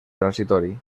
transitori